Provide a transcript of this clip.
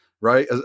Right